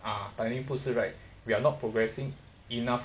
ah timing 不是 right we are not progressing enough